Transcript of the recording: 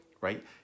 Right